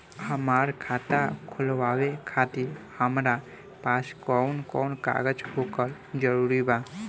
हमार खाता खोलवावे खातिर हमरा पास कऊन कऊन कागज होखल जरूरी बा?